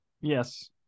Yes